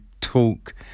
Talk